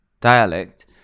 dialect